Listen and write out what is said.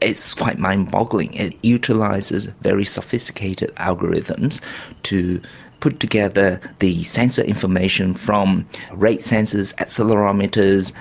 is quite mind-boggling. it utilises very sophisticated algorithms to put together the sensor information from rate sensors, accelerometers,